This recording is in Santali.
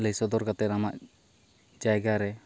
ᱞᱟᱹᱭ ᱥᱚᱫᱚᱨ ᱠᱟᱛᱮᱫ ᱟᱢᱟᱜ ᱡᱟᱭᱜᱟᱨᱮ